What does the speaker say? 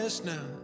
now